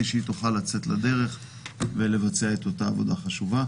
שהיא תוכל לצאת לדרך ולבצע את אותה עבודה חשובה.